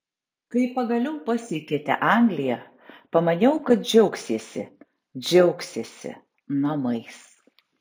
kai pagaliau pasiekėte angliją pamaniau kad džiaugsiesi džiaugsiesi namais